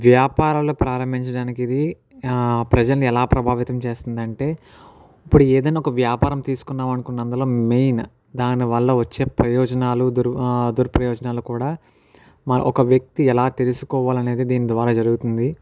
వ్యాపారాల ప్రారంభించడానికి ఇది ప్రజలను ఎలా ప్రభావితం చేస్తుంది అంటే ఇప్పుడు ఏదైనా ఒక వ్యాపారం తీసుకున్నాం అనుకో అందులో మెయిన్ దాని వల్ల వచ్చే ప్రయోజనాలు దుర్ దుర్ ప్రయోజనాలు కూడా ఒక వ్యక్తి ఎలా తెలుసుకోవాలి అనేది దీని ద్వారా జరుగుతుంది